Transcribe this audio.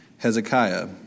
Hezekiah